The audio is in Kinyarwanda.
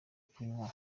kunywa